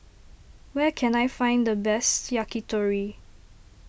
where can I find the best Yakitori